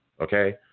okay